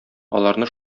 аларны